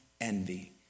envy